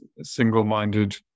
single-minded